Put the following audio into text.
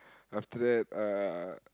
after that uh